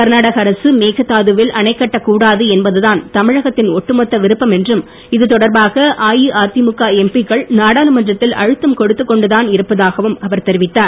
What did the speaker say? கர்நாடக அரசு மேகதாதுவில் அணை கட்டக் கூடாது என்பதுதான் தமிழகத்தின் ஒட்டுமொத்த விருப்பம் என்றும் இதுதொடர்பாக அஇஅதிமுக எம்பிக் கள் நாடாளுமன்றத்தில் அழுத்தம் கொடுத்துக் கொண்டு தான் இருப்பதாகவும் அவர் தெரிவித்தார்